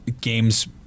games